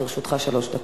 לרשותך שלוש דקות.